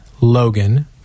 Logan